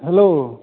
hello